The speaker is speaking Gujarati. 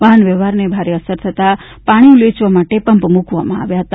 વાહનવ્યવહારને ભારે અસર થતા પાણી ઉલેચવા માટે પંપ મૂકવામાં આવ્યા છે